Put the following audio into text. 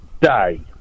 day